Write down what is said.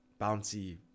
bouncy